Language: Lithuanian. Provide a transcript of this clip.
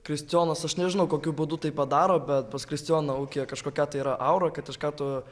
kristijonas aš nežinau kokiu būdu tai padaro bet pas kristijoną ūkyje kažkokią tai yra aura kad iš karto